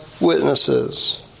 witnesses